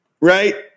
Right